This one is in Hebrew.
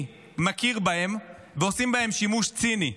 מכיר בהם ועושים בהם שימוש ציני.